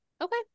Okay